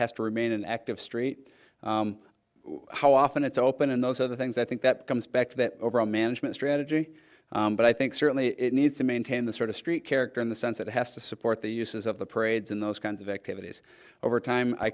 has to remain an active street how often it's open and those are the things i think that comes back to that overall management strategy but i think certainly it needs to maintain the sort of street character in the sense that it has to support the uses of the parades in those kinds of activities over time i